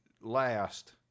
last